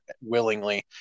willingly